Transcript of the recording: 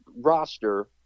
roster